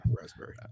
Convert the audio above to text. raspberry